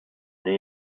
new